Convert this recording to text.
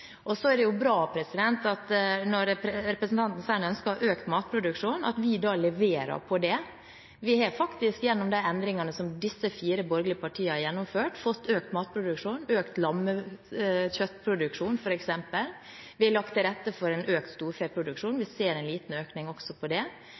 Det er bra når representanten sier at han ønsker økt matproduksjon, at vi da leverer på det. Vi har faktisk, gjennom de endringene som disse fire borgerlige partiene har gjennomført, fått økt matproduksjonen, økt lammekjøttproduksjonen, f.eks. Vi har lagt til rette for økt storfeproduksjon, og vi ser en liten økning også i det.